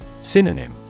Synonym